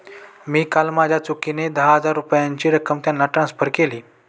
मी काल माझ्या चुकीने दहा हजार रुपयांची रक्कम त्यांना ट्रान्सफर केली